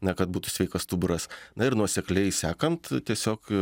na kad būtų sveikas stuburas na ir nuosekliai sekant tiesiog